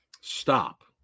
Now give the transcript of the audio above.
Stop